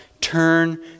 turn